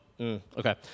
okay